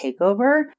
takeover